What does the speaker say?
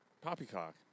Poppycock